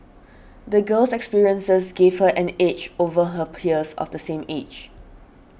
the girl's experiences gave her an edge over her peers of the same age